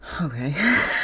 Okay